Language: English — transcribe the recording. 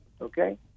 okay